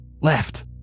Left